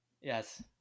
Yes